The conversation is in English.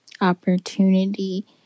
opportunity